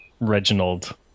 Reginald